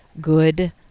Good